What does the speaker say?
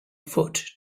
foot